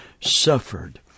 suffered